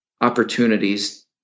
opportunities